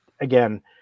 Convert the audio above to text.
again